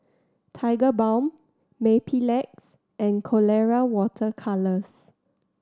Tigerbalm Mepilex and Colora Water Colours